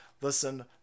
listen